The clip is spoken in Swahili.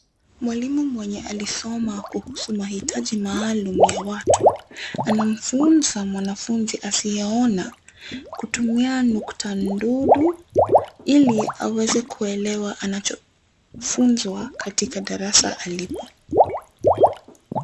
Mwalimu mwenye alisoma kuhusu mahitaji maalum ya watu, anamfunza mwanafunzi asiyeona kutumia nukta nundu, ili aweze kuelewa anachofunzwa katika darasa alipo.